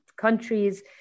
countries